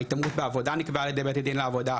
ההתמרות בעבודה נקבעה על ידי בית הדין לעבודה,